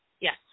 Yes